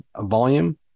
volume